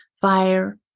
fire